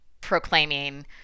proclaiming